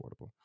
affordable